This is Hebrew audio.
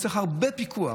וצריך הרבה פיקוח,